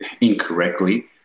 incorrectly